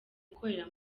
gukorera